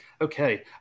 Okay